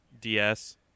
DS